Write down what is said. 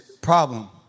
problem